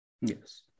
Yes